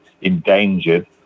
endangered